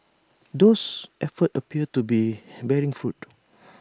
those efforts appear to be bearing fruit